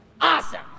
Awesome